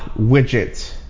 widget